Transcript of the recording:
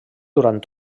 durant